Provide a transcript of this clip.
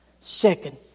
Second